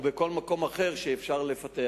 או בכל מקום אחר שאפשר לפתח